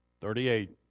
Thirty-eight